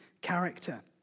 character